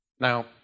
Now